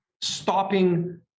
stopping